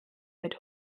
mit